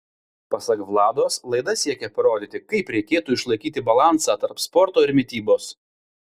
pasak vlados laida siekia parodyti kaip reikėtų išlaikyti balansą tarp sporto ir mitybos